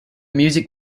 music